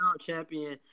champion